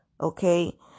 okay